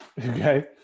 Okay